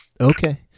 Okay